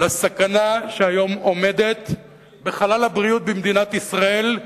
לסכנה שהיום עומדת בחלל הבריאות במדינת ישראל,